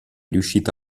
riuscita